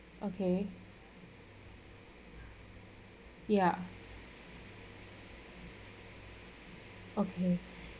okay ya okay